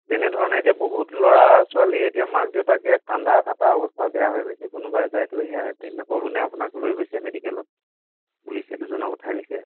তেনেধৰণে এতিয়া বহুত ল'ৰা ছোৱালী এতিয়া মাক দেউতাকে কন্দা কটা অৱস্থা বেয়া হৈ গৈছে কোনোবা এটাইতো সেয়া সেইদিনা ক'লোনে আপোনাক লৈ গৈছে মেডিকেলত পুলিচে দুজনক উঠাই নিছে